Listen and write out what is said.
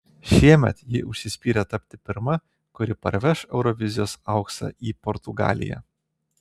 šiemet ji užsispyrė tapti pirma kuri parveš eurovizijos auksą į portugaliją